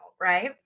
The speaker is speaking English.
right